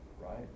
right